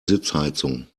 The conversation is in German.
sitzheizung